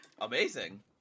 Amazing